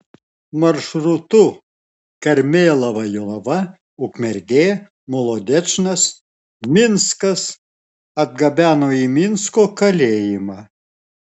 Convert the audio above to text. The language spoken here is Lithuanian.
maršrutu karmėlava jonava ukmergė molodečnas minskas atgabeno į minsko kalėjimą